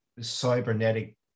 cybernetic